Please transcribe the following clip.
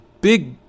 big